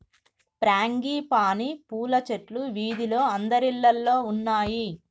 frangipani పూల చెట్లు వీధిలో అందరిల్లల్లో ఉన్నాయి